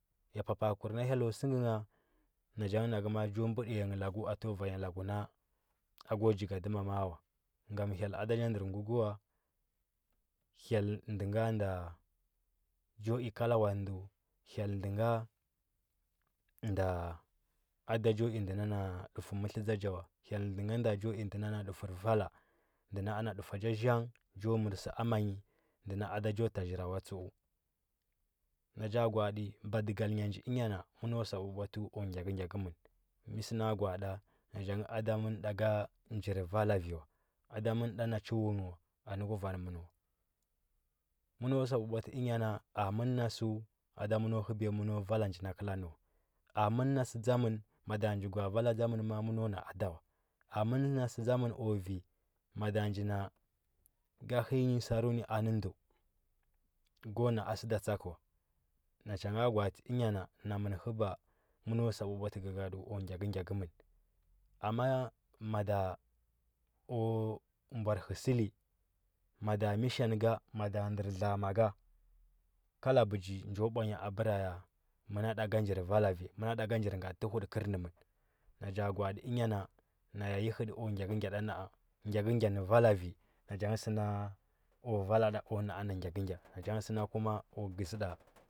Ya papa, a kur nda hyella səkə gha, na cha nge na kə ma, a cho bədiya ngha lahu a təwa vanya laku na da ku jigadima ma. a wan gam hyel aɗa cha ndər bukə wa hyel ndə nda cho i kala wani ndə hye adə nga nda a da cho i ndə na na duftu maətlv tsa cha wa hye nda na na dufur vala nde na ana dufa nja zhanng cho mər stru ama nyi nɗe na a da cho tazora wa tsdu na cha gwa ati badigal nya nji ənyana mə no sa bwabwatu ku gyakəyəkəmən miə sə na gwa, atd na cha ngə ada mə nan ɗa ka njir vala və wa ada mən nda na chi wungh wa anə kuvan mən wa məno sa bwabwatəu enyana a mən na səu aɗa mə no həbiya məno vala nji na kəla nə wa a mən na səu dzamən mada njoi gwa. a vala dza mən ma. a məno na ad awa a mən na səu dzamən ku vi mada nji nan ga həya nyi saru a nə ndə ko na sə da tsakə wa na cha nga gwa, atə enyana naməm həba məno sa bwabwatu gagada ku gyakə gyakə mən amma ya mada ku bwar hərli mada mission nga maɗo ndar dla. a ma ka kala bəji njo bwanya abəra məna nda ka njir vala vi məna nda ka njir ngatə tuhuddu kərnəmən nacha gala. ati ənya na naya ayi htə ku gyakə gyada na. a gyakəgya nə vala vi na cha ngə səna kwa ku na. a na gyakəgyaɗa kuma kkwa gəzida.